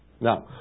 Now